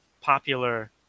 popular